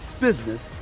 business